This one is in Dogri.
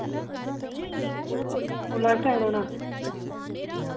ओह् लाइफटाइम रौह्ना